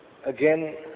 Again